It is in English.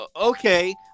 Okay